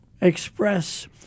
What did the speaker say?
express